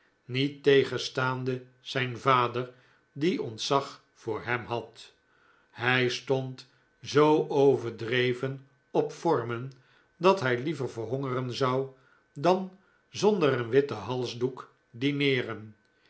niettegenstaande zijn vader die ontzag voor hem had hij stond zoo overdreven op vormen dat hij liever verhongeren zou dan zonder een witten halsdoek